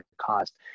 cost